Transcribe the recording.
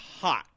Hot